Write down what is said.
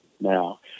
now